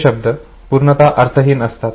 हे शब्द पूर्णतः अर्थहीन असतात